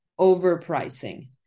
overpricing